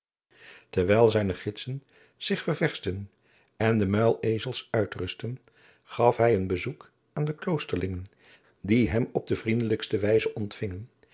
terwijl zijne gidsen zich ververschten en de muilezels uitrustten gaf hij een bezoek aan de kloosterlingen die hem op de vriendelijkste wijze ontvingen